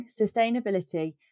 Sustainability